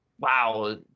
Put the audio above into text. wow